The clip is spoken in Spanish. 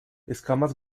escamas